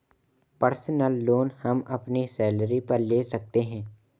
personal loan हम अपनी salary पर ले सकते है